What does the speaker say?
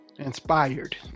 Inspired